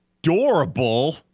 adorable